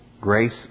Grace